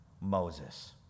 Moses